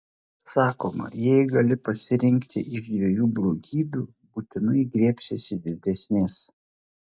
sakoma jei gali pasirinkti iš dviejų blogybių būtinai griebsiesi didesnės